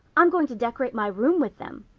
i'm going to decorate my room with them.